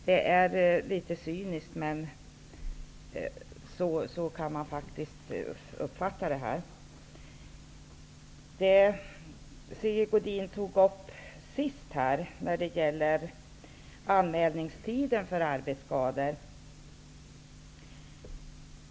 Det låter cyniskt, men så kan man faktiskt uppfatta det hela. Sigge Godin tog upp frågan om anmälningstiden för arbetsskador.